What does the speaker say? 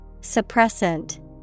Suppressant